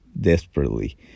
desperately